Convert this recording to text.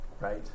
right